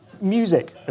music